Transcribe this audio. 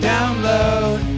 download